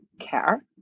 care